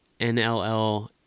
NLL